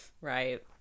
Right